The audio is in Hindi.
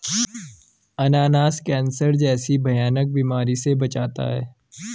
अनानास कैंसर जैसी भयानक बीमारी से बचाता है